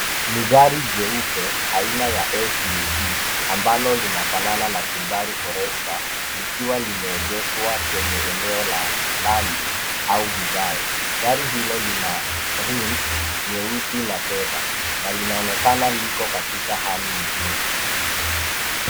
Ni gari jeupe aina ya SUV ambalo linafanana na Subaru Forester likiwa limeegeshwa kwenye eneo la lami au vigae. Gari hilo lina rims ,nyeusi na fedha ,na linaonekana liko katika hali nzuri.